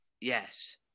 Yes